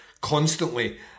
constantly